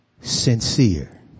sincere